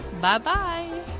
Bye-bye